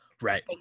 right